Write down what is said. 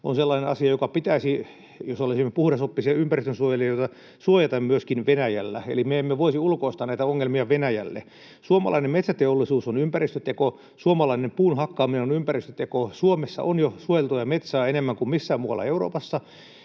on sellainen asia, joka pitäisi suojata myöskin Venäjällä, eli emme voisi ulkoistaa näitä ongelmia Venäjälle. Suomalainen metsäteollisuus on ympäristöteko. Suomalainen puunhakkaaminen on ympäristöteko. Suomessa on jo suojeltua metsää enemmän kuin missään muualla Euroopassa,